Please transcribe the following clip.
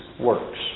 works